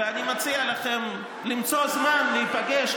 ואני מציע לכם למצוא זמן להיפגש,